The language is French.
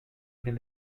mes